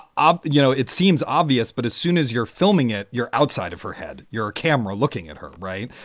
um you know, it seems obvious, but as soon as you're filming it, you're outside of her head. you're a camera looking at her. right.